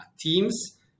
teams